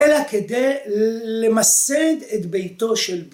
‫אלא כדי למסד את ביתו של.